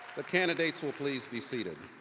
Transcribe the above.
the candidates will please be seated.